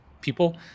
people